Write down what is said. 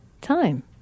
time